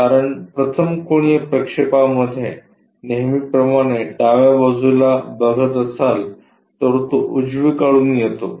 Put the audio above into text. कारण प्रथम कोनीय प्रक्षेपामध्ये नेहमीप्रमाणे डाव्या बाजूला बघत असाल तर तो उजवीकडे येतो